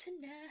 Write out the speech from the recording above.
tonight